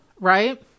right